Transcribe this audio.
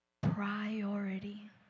Priority